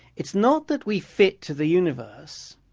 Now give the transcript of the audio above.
it's not that we fit to the universe,